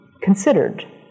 considered